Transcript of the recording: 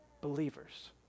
Believers